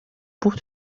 путь